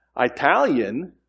Italian